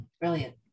Brilliant